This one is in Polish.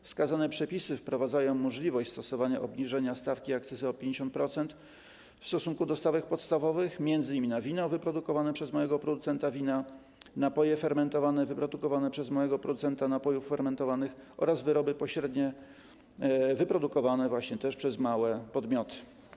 Wskazane przepisy wprowadzają możliwość stosowania obniżenia stawki akcyzy o 50% w stosunku do stawek podstawowych, m.in. na wina wyprodukowane przez małego producenta wina, napoje fermentowane wyprodukowane przez małego producenta napojów fermentowanych oraz wyroby pośrednie wyprodukowane właśnie też przez małe podmioty.